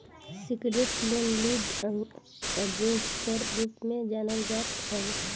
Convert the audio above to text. syndicated loan lead arrangers कअ रूप में जानल जात हवे